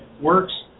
works